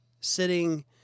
sitting